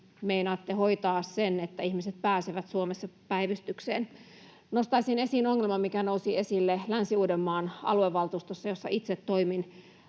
meinaatte hoitaa sen, että ihmiset pääsevät Suomessa päivystykseen? Nostaisin esiin ongelman, mikä nousi esille Länsi-Uudenmaan aluevaltuustossa, jossa itse toimin: